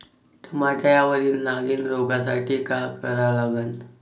टमाट्यावरील नागीण रोगसाठी काय करा लागन?